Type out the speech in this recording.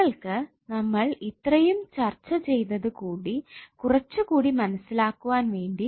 നിങ്ങൾക് നമ്മൾ ഇത്രയും ചർച്ച ചെയ്തത് കുറച്ച് കൂടി മനസ്സിലാക്കുവാൻ വേണ്ടി